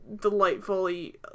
delightfully